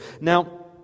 Now